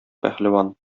пәһлеван